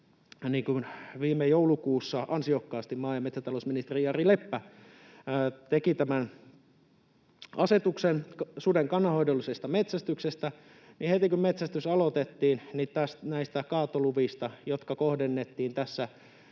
viime joulukuussa maa- ja metsätalousministeri Jari Leppä ansiokkaasti teki asetuksen suden kannanhoidollisesta metsästyksestä, niin heti kun metsästys aloitettiin, näistä kaatoluvista — jotka kohdennettiin